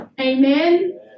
Amen